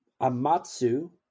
Amatsu